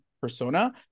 persona